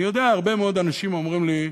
אני יודע, הרבה מאוד אנשים אומרים לי: